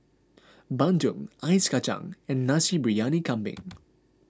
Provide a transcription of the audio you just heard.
Bandung Ice Kacang and Nasi Briyani Kambing